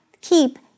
Keep